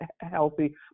healthy